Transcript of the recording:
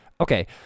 Okay